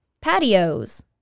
Patios